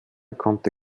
konnte